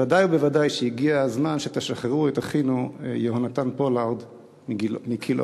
בוודאי ובוודאי שהגיע הזמן שתשחררו את אחינו יהונתן פולארד מכלאו.